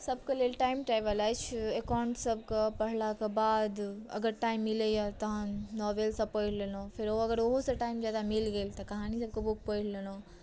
सभकेँ लेल time table अछि एकाउण्ट सभके पढ़लाके बाद अगर टाइम मिलैया तहन नॉवेल सभ पढ़ि लेलहुँ फेरो अगर ओहो से टाइम जादा मिल गेल तऽ कहानीके बुक पढ़ि लेलहुँ